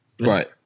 Right